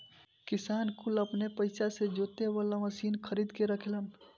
किसान कुल अपने पइसा से जोते वाला मशीन खरीद के रखेलन